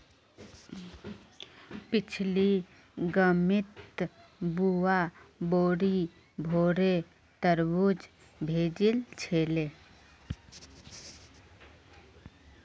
पिछली गर्मीत बुआ बोरी भोरे तरबूज भेजिल छिले